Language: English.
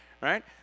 right